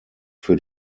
für